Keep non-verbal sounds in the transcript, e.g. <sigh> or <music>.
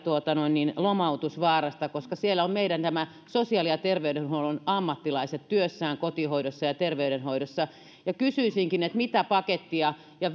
lomautusvaarasta koska siellä on meidän sosiaali ja terveydenhuollon ammattilaiset työssään kotihoidossa ja terveydenhoidossa kysyisinkin mitä pakettia ja <unintelligible>